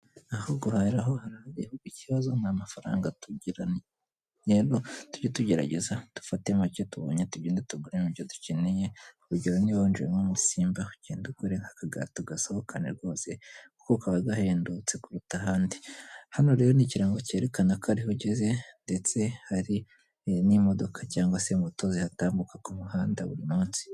Aho guhahira ho harahari; ahubwo ikibazo nta mafaranga tugiramo. Rero tujye tugerageza dufate make tubonye tugende tuguremo ibyo dukeneye. Urugero niba winjiye nko muri Simba ugende ugure nk'akagati ugasohokane rwose, kuko kaba gahendutse kuruta ahandi. Hano rero ni ikirango cyerekana ko ariho ugeze, ndetse hari n'imodoka cyangwa se moto zihatamuka ku muhanda buri munsi.